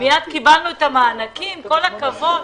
מיד קיבלנו את המענקים, כל הכבוד.